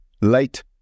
late